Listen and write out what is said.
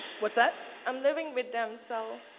what's that? i'm living with them so.